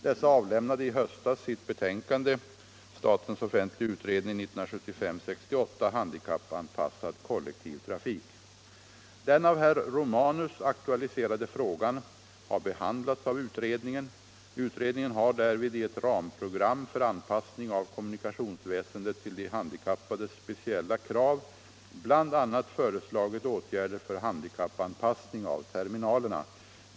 Dessa avlämnade i höstas sitt betänkande - Handikappanpassad kollektivtrafik. Den av herr Romanus aktualiserade frågan har behandlats av utredningen. Utredningen har därvid, i ett ramprogram för anpassning av kommunikationsväsendet till de handikappades speciella krav, bl.a. föreslagit åtgärder för handikappanpassning av terminalerna.